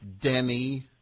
Denny